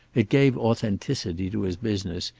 it gave authenticity to his business,